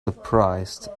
surprised